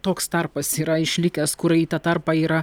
toks tarpas yra išlikęs kur į tą tarpą yra